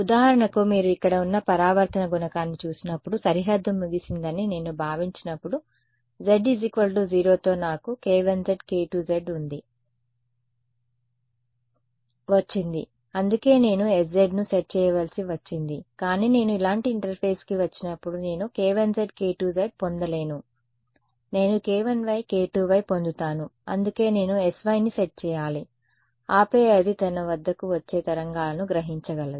ఉదాహరణకు మీరు ఇక్కడ ఉన్న పరావర్తన గుణకాన్ని చూసినప్పుడు సరిహద్దు ముగిసిందని నేను భావించినప్పుడు z 0 తో నాకు k1zk2z వచ్చింది అందుకే నేను sz ను సెట్ చేయవలసి వచ్చింది కానీ నేను ఇలాంటి ఇంటర్ఫేస్కి వచ్చినప్పుడు నేను k1zk2z పొందలేను నేను k1y k2y పొందుతాను అందుకే నేను sy ని సెట్ చేయాలి ఆపై అది తన వద్దకు వచ్చే తరంగాలను గ్రహించగలదు